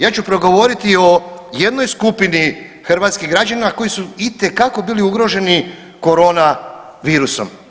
Ja ću progovoriti o jednoj skupini hrvatskih građana koji su itekako bili ugroženi koronavirusom.